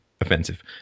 offensive